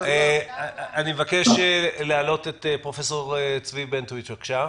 אני מבקש להעלות את פרופ' צבי בנטואיץ', בבקשה.